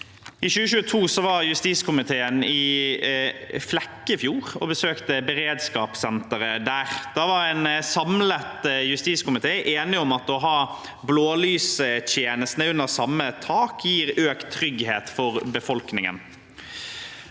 I 2022 var justiskomiteen i Flekkefjord og besøkte beredskapssenteret der. Da var en samlet justiskomité enig om at å ha blålystjenestene under samme tak gir økt trygghet for befolkningen.